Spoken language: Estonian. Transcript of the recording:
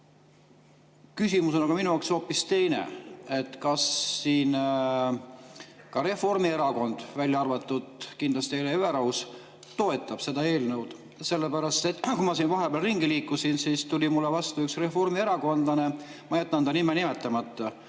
küsimus on minu jaoks hoopis teine. Kas ka Reformierakond, välja arvatud kindlasti Hele Everaus, toetab seda eelnõu? Sellepärast, et kui ma siin vahepeal ringi liikusin, siis tuli mulle vastu üks reformierakondlane – ma jätan ta nime nimetamata